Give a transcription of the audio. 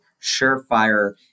surefire